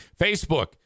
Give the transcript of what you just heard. Facebook